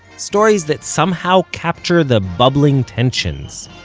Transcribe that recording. stories that somehow capture the bubbling tensions,